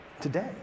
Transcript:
today